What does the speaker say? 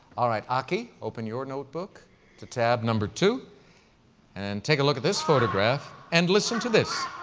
all right, aki, open your notebook to tab number two and take a look at this photograph and listen to this.